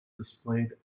displayed